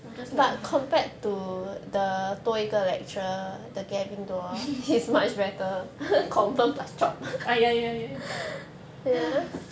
I'm just like !hais! ah ya ya ya !hais!